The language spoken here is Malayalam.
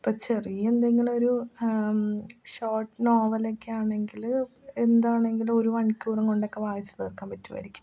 ഇപ്പം ചെറിയയെന്തെങ്കിലുമൊരു ഷോട്ട് നോവലൊക്കെ ആണെങ്കിൽ എന്താണെങ്കിലും ഒരു മണിക്കൂർ കൊണ്ടൊക്കെ വായിച്ചു തീർക്കാൻ പറ്റുമായിരിക്കും